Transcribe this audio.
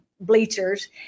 bleachers